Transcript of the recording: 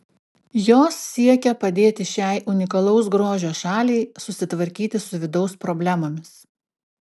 jos siekia padėti šiai unikalaus grožio šaliai susitvarkyti su vidaus problemomis